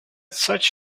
such